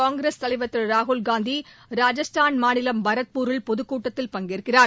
காங்கிரஸ் தலைவா் திரு ராகுல்காந்தி ராஜஸ்தான் மாநிலம் பரத்பூரில் பொதுக்கூட்டத்தில் பங்கேற்கிறார்